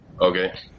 Okay